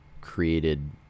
created